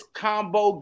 combo